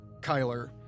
Kyler